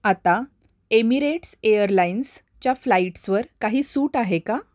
आता Emirates airlines च्या फ्लाइट्सवर काही सूट आहे का